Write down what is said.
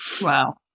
Wow